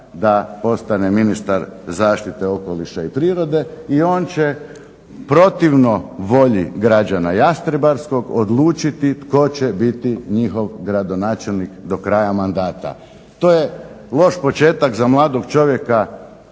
da postane ministar zaštite okoliša i prirode. I on će protivno volji građana Jastrebarskog odlučiti tko će biti njihov gradonačelnik do kraja mandata. To je loše početak za mladog čovjeka